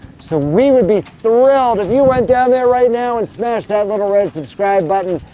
so we would be thrilled if you went down there right now and smashed that little red subscribe button,